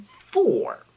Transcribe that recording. four